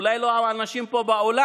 אולי לא האנשים פה באולם,